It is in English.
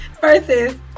versus